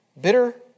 bitter